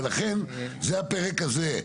ולכן זה הפרק הזה.